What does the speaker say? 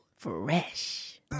Fresh